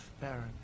Baron